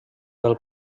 del